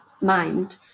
mind